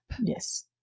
Yes